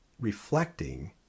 reflecting